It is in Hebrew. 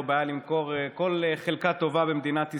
בעיה למכור כל חלקה טובה במדינת ישראל,